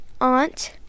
aunt